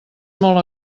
molt